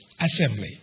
assembly